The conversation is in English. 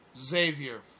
Xavier